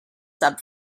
sub